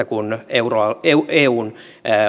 kun eun